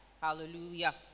Hallelujah